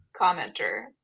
commenter